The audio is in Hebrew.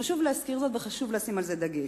חשוב להזכיר זאת וחשוב לשים על זה דגש.